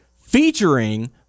featuring